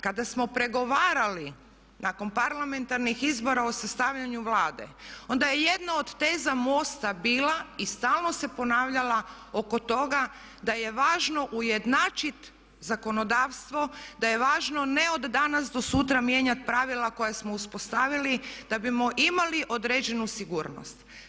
Kada smo pregovarali nakon parlamentarnih izbora o sastavljanju Vlade onda je jedna od teza mosta bila i stalno se ponavljala oko toga da je važno ujednačiti zakonodavstvo, da je važno ne od danas do sutra mijenjati pravila koja smo uspostavili da bismo imali određenu sigurnost.